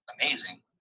amazing